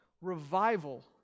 Revival